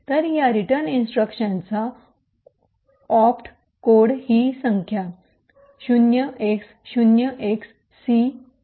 तर या रिटर्न इंस्ट्रक्शनचा ऑप्ट कोड ही संख्या 0x0XC3 आहे